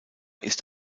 ist